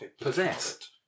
Possessed